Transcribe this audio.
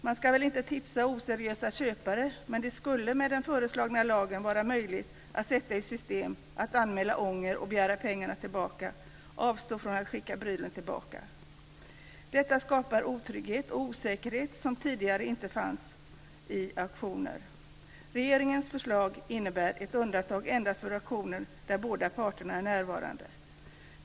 Man ska väl inte tipsa oseriösa köpare, men det skulle med den föreslagna lagen vara möjligt att sätta i system att anmäla ånger, begära pengarna tillbaka och avstå från att skicka tillbaka prylen. Detta skapar en otrygghet och en osäkerhet som tidigare inte har funnits i auktioner. Regeringens förslag innebär ett undantag endast för auktioner där båda parter är närvarande.